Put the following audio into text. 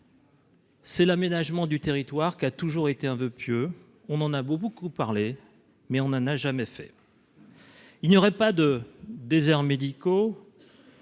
C'est l'aménagement du territoire qui a toujours été un voeu pieux, on en a beaucoup parlé, mais on n'a, n'a jamais fait. Il n'y aurait pas de déserts médicaux.